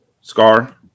Scar